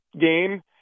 game